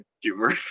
humor